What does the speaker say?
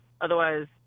otherwise